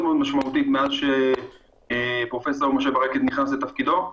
משמעותית מאז שפרופ' משה ברקת נכנס לתפקידו.